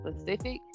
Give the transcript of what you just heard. specific